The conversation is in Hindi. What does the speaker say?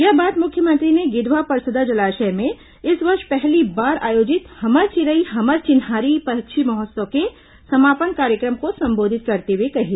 यह बात मुख्यमंत्री ने गिधवा परसदा जलाशय में इस वर्ष पहली बार आयोजित हमर चिरई हमर चिन्हारी पक्षी महोत्सव के समापन कार्यक्रम को संबोधित करते हुए कही